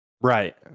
Right